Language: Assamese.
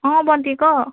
অঁ ভন্টি ক